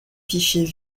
fichiers